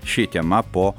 ši tema po